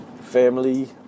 family